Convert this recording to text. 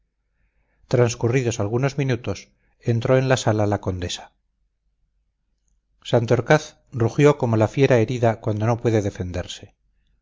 transcurridos algunos minutos entró en la sala la condesa santorcaz rugió como la fiera herida cuando no puede defenderse